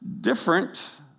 different